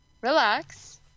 relax